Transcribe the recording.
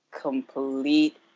complete